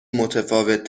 متفاوت